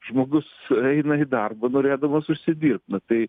žmogus eina į darbą norėdamas užsidirbt na tai